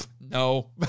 no